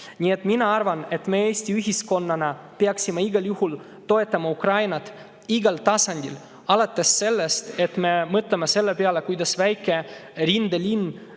Nii et mina arvan, et me Eesti ühiskonnana peaksime igal juhul toetama Ukrainat igal tasandil, alates sellest, et me mõtleme selle peale, kuidas väike rindelinn